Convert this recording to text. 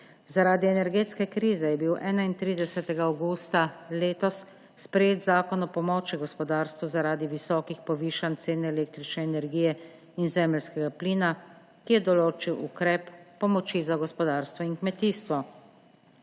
Zaradi energetske krize je bil 31. avgusta letos sprejet Zakon o pomoči gospodarstvu zaradi visokih povišanj cen električne energije in zemeljskega plina, ki je določil ukrep pomoči za gospodarstvo in kmetijstvo.